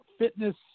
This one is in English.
fitness